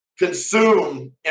consume